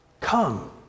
come